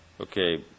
Okay